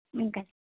ᱚᱝᱠᱟ